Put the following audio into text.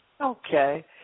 Okay